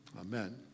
Amen